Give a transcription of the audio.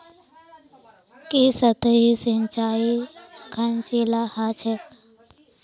की सतही सिंचाई खर्चीला ह छेक